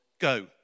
go